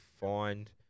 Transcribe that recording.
find